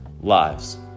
lives